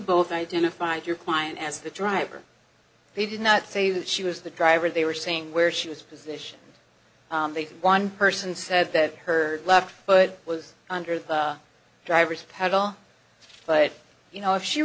both identified your client as the driver he did not say that she was the driver they were saying where she was positioned the one person says that her left foot was under the driver's pedal but you know if she